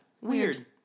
Weird